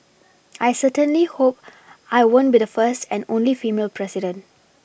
I certainly hope I won't be the first and only female president